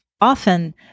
Often